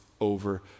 over